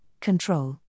control